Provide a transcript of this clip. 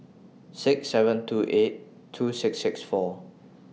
six seven two eight two six six four